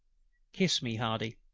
kiss me, hardy.